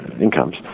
incomes